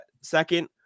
Second